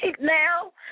now